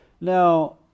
Now